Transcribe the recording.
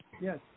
Yes